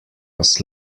was